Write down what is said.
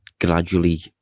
gradually